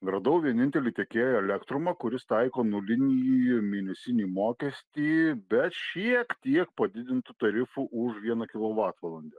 radau vienintelį tiekėją elektrumą kuris taiko nulinį mėnesinį mokestį bet šiek tiek padidintu tarifu už vieną kilovatvalandę